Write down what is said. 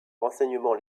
renseignements